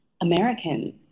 Americans